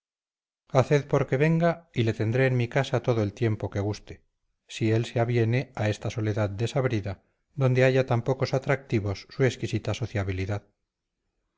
aragón haced porque venga y le tendré en mi casa todo el tiempo que guste si él se aviene a esta soledad desabrida donde halla tan pocos atractivos su exquisita sociabilidad